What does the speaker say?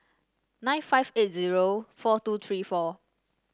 nine five eight zero four two three four